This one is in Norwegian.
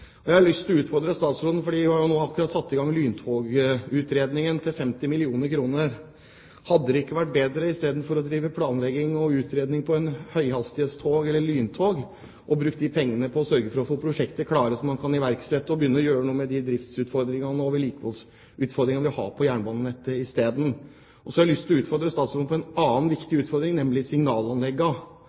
Jeg har lyst til å utfordre statsråden, fordi hun nå akkurat har satt i gang lyntogutredningen til 50 mill. kr. Hadde det ikke vært bedre istedenfor å drive planlegging og utredning på et høyhastighetstog eller lyntog, å bruke de pengene på å få prosjekter klare, slik at man kan iverksette dem og begynne å gjøre noe med de driftsutfordringene og vedlikeholdsutfordringene vi har på jernbanenettet? Og så har jeg lyst til å utfordre statsråden på et annet viktig område, nemlig